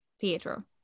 Pietro